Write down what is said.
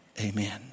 Amen